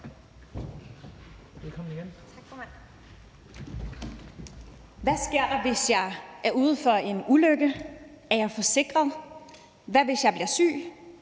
Hvad sker der, hvis jeg er ude for en ulykke? Er jeg forsikret? Hvad, hvis jeg bliver syg?